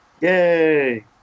Yay